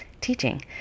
teaching